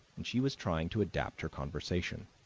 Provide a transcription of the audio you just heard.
and she was trying to adapt her conversation.